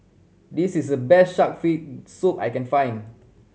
this is the best shark fin soup I can find